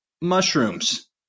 mushrooms